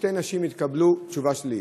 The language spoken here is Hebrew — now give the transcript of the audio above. שתי נשים יקבלו תשובה שלילית.